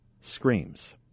screams